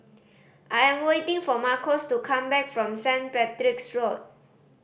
I am waiting for Marcos to come back from Saint Patrick's Road